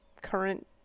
current